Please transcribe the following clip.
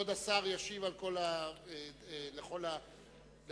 כבוד השר ישיב לכל השואלים.